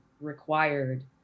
required